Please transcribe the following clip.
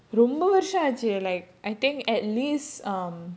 ரொம்ப வருஷமாச்சு:romba varushamaachu like I think at least um